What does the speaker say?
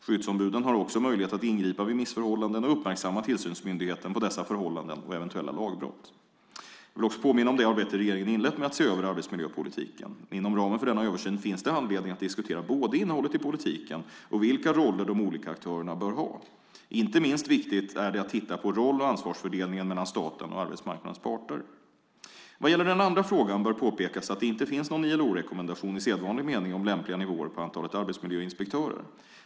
Skyddsombuden har också möjlighet att ingripa vid missförhållanden och uppmärksamma tillsynsmyndigheten på dessa förhållanden och eventuella lagbrott. Jag vill också påminna om det arbete regeringen inlett med att se över arbetsmiljöpolitiken. Inom ramen för denna översyn finns det anledning att diskutera både innehållet i politiken och vilka roller de olika aktörerna bör ha. Inte minst viktigt är det att titta på roll och ansvarsfördelningen mellan staten och arbetsmarknadens parter. Vad gäller den andra frågan bör påpekas att det inte finns någon ILO-rekommendation i sedvanlig mening om lämpliga nivåer på antalet arbetsmiljöinspektörer.